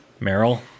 Meryl